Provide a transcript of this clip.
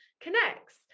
connects